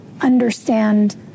understand